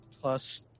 plus